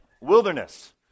Wilderness